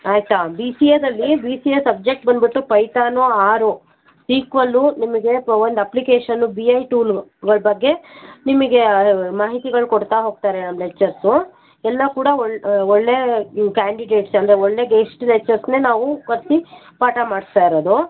ಆಯಿತಾ B C ಎದಲ್ಲಿ B C A subject ಬಂದ್ಬಿಟ್ಟು ಪೈತಾನೂ ಆರು ಈಕ್ವಲ್ಲು ನಿಮಗೆ ಪ ಒಂದು ಅಪ್ಲಿಕೇಷನ್ನು ಬಿ ಐ ಟೂಲುಗಳ ಬಗ್ಗೆ ನಿಮಗೆ ಮಾಹಿತಿಗಳು ಕೊಡ್ತಾ ಹೋಗ್ತಾರೆ ನಮ್ಮ ಲೆಚ್ಚರ್ಸು ಎಲ್ಲ ಕೂಡ ಒಳ್ಳೆ ಒಳ್ಳೆ ಕ್ಯಾಂಡಿಡೇಟ್ಸ್ ಅಂದರೆ ಒಳ್ಳೆಯ ಗೇಸ್ಟ್ ಲೆಚ್ಚರ್ಸನ್ನೇ ನಾವು ಕರೆಸಿ ಪಾಠ ಮಾಡಿಸ್ತಾ ಇರೋದು